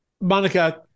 Monica